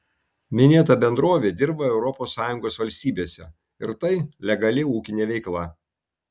minėta bendrovė dirba europos sąjungos valstybėse ir tai legali ūkinė veikla